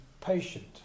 patient